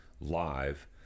live